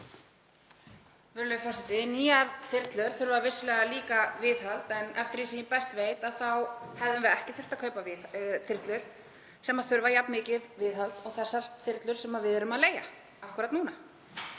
Virðulegi forseti. Nýjar þyrlur þurfa vissulega líka viðhald en eftir því sem ég best veit hefðum við ekki þurft að kaupa þyrlur sem þurfa jafn mikið viðhald og þær sem við erum að leigja akkúrat núna.